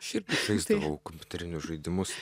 aš irgi žaisdavau kompiuterinius žaidimus